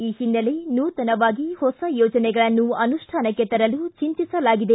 ಈ ಹಿನ್ನೆಲೆ ನೂತನವಾಗಿ ಹೊಸ ಯೋಜನೆಗಳನ್ನು ಅನುಷ್ಠಾನಕ್ಕೆ ತರಲು ಚಿಂತಿಸಲಾಗಿದೆ